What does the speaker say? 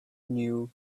knew